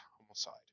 homicide